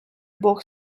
бог